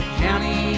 county